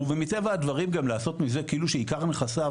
ומטבע הדברים גם לעשות מזה כאילו שעיקר נכסיו